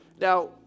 Now